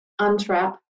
Untrap